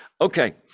Okay